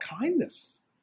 kindness